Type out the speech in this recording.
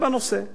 ואני אומר לך,